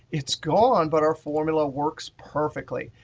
it's gone but our formula works perfectly.